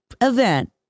event